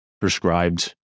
prescribed